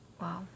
Wow